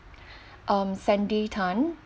um sandy tan